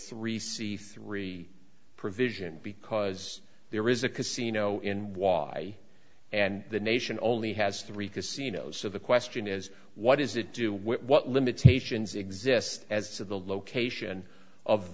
three c three provision because there is a casino in why and the nation only has three casinos so the question is what does it do with what limitations exist as to the location of